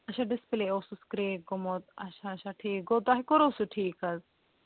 اچھا ڈِسپٔلے اوسُس کریک گوٚمُت اچھا اچھا ٹھیٖک گوٚو تۄہہِ کوٚرو سُہ ٹھیٖک حظ